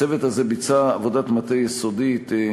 הצוות הזה ביצע עבודת מטה יסודית,